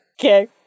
Okay